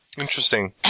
Interesting